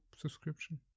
subscription